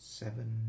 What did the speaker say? seven